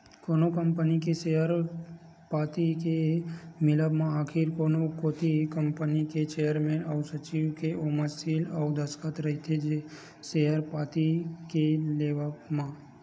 कोनो कंपनी के सेयर पाती के मिलब म आखरी कोती कंपनी के चेयरमेन अउ सचिव के ओमा सील अउ दस्कत रहिथे सेयर पाती के लेवब म